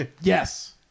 Yes